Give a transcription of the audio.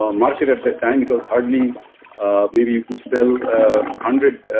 um marketed at that time because hardly maybe can sell hundred,